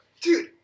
Dude